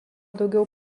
daugiau